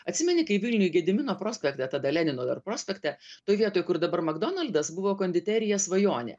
atsimeni kai vilniuj gedimino prospekte tada lenino dar prospekte toj vietoj kur dabar magdonaldas buvo konditerija svajonė